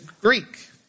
Greek